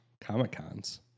Comic-Cons